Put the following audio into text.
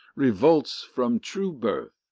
revolts from true birth,